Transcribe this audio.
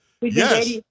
Yes